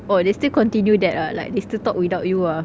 oh they still continue that ah like they still talk without you ah